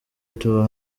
tour